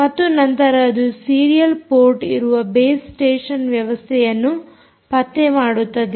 ಮತ್ತು ನಂತರ ಅದು ಸೀರಿಯಲ್ ಪೋರ್ಟ್ ಇರುವ ಬೇಸ್ ಸ್ಟೇಷನ್ ವ್ಯವಸ್ಥೆಯನ್ನು ಪತ್ತೆ ಮಾಡುತ್ತದೆ